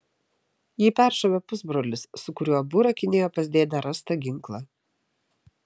jį peršovė pusbrolis su kuriuo abu rakinėjo pas dėdę rastą ginklą